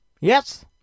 Yes